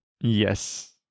Yes